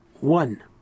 One